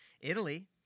Italy